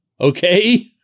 okay